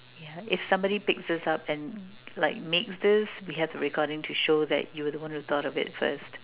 yeah if somebody picks this up and like makes this we have the recording to show that you were the one that thought of this first